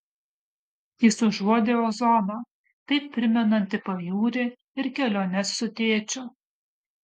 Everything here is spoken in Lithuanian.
jis užuodė ozoną taip primenantį pajūrį ir keliones su tėčiu